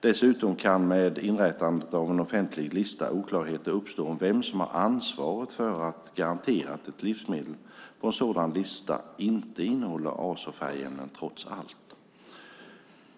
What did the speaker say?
Dessutom kan med inrättande av en offentlig lista oklarheter uppstå om vem som har ansvaret för att garantera att ett livsmedel på en sådan lista inte innehåller azofärgämnen trots allt.